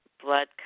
Blood